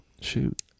Shoot